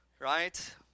Right